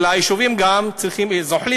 אלא היישובים גם זוחלים,